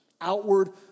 Outward